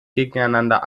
gegeneinander